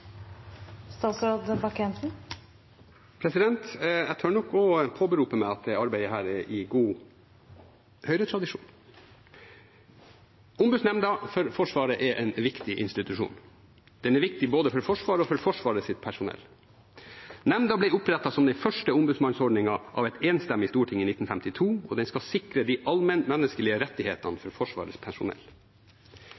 i god Høyre-tradisjon. Ombudsnemnda for Forsvaret er en viktig institusjon. Den er viktig både for Forsvaret og for Forsvarets personell. Nemnda ble opprettet som den første ombudsmannsordningen av et enstemmig storting i 1952, og den skal sikre de allmennmenneskelige rettighetene for Forsvarets personell. Forsvaret er basert på allmenn